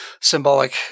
symbolic